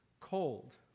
cold